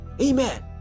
Amen